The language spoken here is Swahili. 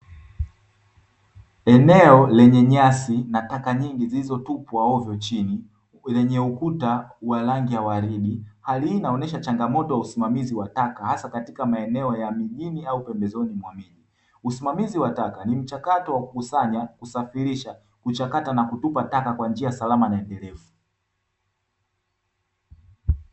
Eneo lenye nyasi na taka nyingi zilizotupwa hovyo chini, lenye ukuta wa rangi ya waridi. Hali hii inaoenesha changamoto ya usimamizi wa taka hasa katika maeneo ya mijini au pembezoni mwa miji. Usimamizi wa taka ni mchakato wa kukusanya, kusafirisha, kuchakata na kutupa taka kwa njia salama na endelevu.